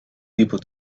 people